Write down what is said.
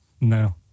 No